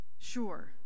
sure